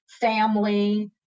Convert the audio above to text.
family